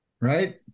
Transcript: right